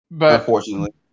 Unfortunately